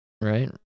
Right